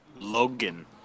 Logan